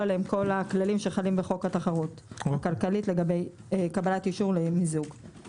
עליהם כל הכללים שחלים בחוק התחרות הכלכלית לגבי קבלת אישור למיזוג.